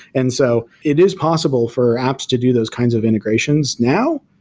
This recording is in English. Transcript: and so it is possible for apps to do those kinds of integrations now.